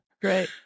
Great